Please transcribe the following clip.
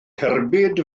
cerbyd